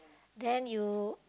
then you